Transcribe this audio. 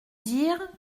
dire